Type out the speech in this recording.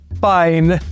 Fine